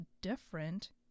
different